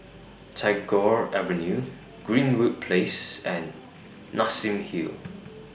Tagore Avenue Greenwood Place and Nassim Hill